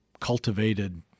cultivated